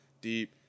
deep